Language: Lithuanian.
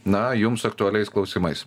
na jums aktualiais klausimais